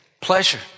pleasure